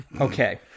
Okay